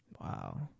Wow